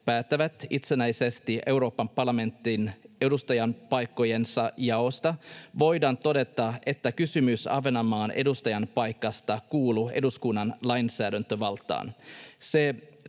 päättävät itsenäisesti Euroopan parlamentin edustajanpaikkojensa jaosta, voidaan todeta, että kysymys Ahvenanmaan edustajanpaikasta kuuluu eduskunnan lainsäädäntövaltaan.